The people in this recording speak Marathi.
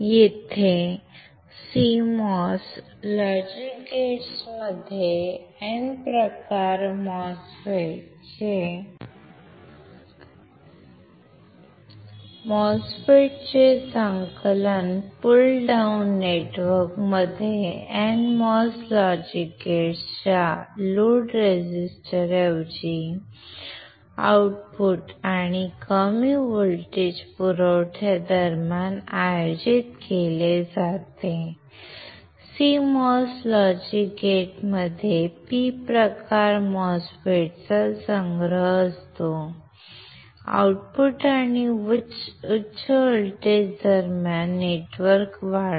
येथे CMOS लॉजिक गेट्स मध्ये N प्रकार MOSFETs चे संकलन पुल डाउन नेटवर्कमध्ये NMOS लॉजिक गेट्सच्या लोड रेझिस्टरऐवजी आउटपुट आणि कमी व्होल्टेज पुरवठा दरम्यान आयोजित केले जाते CMOS लॉजिक गेट्समध्ये P प्रकार MOSFETs चा संग्रह असतो आउटपुट आणि उच्च व्होल्टेज दरम्यान नेटवर्क वाढवा